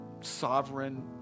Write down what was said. sovereign